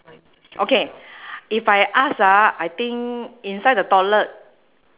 okay if I ask ah I think inside the toilet